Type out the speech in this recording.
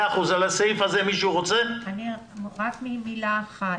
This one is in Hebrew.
רק מילה אחת.